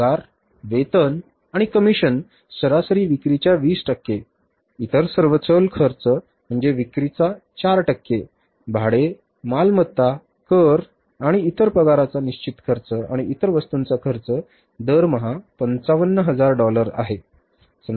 पगार वेतन आणि कमिशन सरासरी विक्रीच्या 20 टक्के इतर सर्व चल खर्च म्हणजे विक्रीचा 4 टक्के भाडे मालमत्ता कर आणि इतर पगाराचा निश्चित खर्च आणि इतर वस्तूंचा खर्च दरमहा 55000 डॉलर आहे